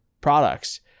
products